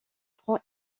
prend